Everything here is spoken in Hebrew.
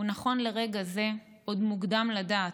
ונכון לרגע זה עוד מוקדם לדעת,